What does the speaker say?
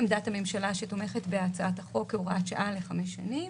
עמדת הממשלה שתומכת בהצעת החוק כהוראת שעה לחמש שנים,